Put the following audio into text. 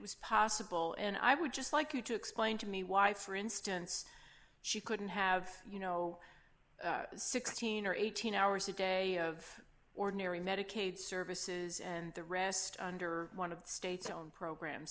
or was possible and i would just like you to explain to me why for instance she couldn't have you know sixteen or eighteen hours a day of ordinary medicaid services and the rest under one of the state's own program